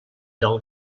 del